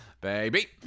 Baby